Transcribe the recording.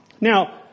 Now